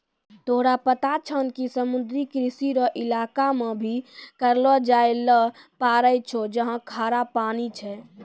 तोरा पता छौं कि समुद्री कृषि हौ इलाका मॅ भी करलो जाय ल पारै छौ जहाँ खारा पानी छै